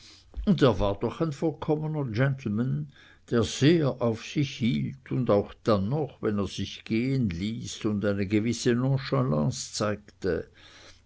und er war doch ein vollkommener gentleman der sehr auf sich hielt auch dann noch wenn er sich gehen ließ und eine gewisse nonchalance zeigte